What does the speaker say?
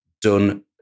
done